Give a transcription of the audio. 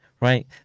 right